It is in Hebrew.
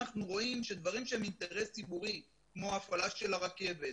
אנחנו רואים שדברים שהם אינטרס ציבורי כמו הפעלה של הרכבת,